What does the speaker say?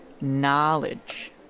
knowledge